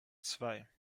zwei